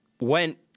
went